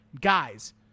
guys